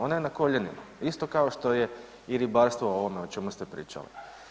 Ona je na koljenima, isto kao što je i ribarstvo ovo o čemu ste pričali.